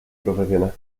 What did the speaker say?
profesional